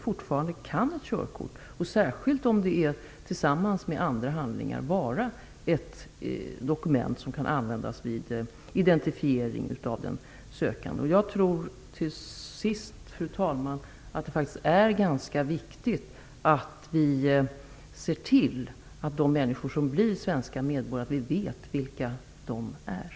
Fortfarande kan körkortet, särskilt tillsammans med andra handlingar, vara ett dokument som används vid identifiering av den sökande. Jag tror till sist, fru talman, att det är ganska viktigt att vi ser till att vi vet vilka de människor är som blir svenska medborgare.